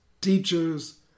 teachers